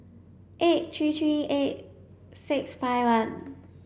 eight three three eight six five one